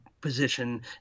position